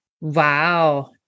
Wow